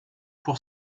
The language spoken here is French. pour